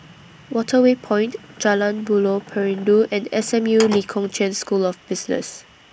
Waterway Point Jalan Buloh Perindu and S M U Lee Kong Chian School of Business